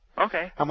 Okay